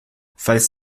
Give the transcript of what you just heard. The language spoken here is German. falls